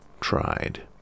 tried